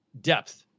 depth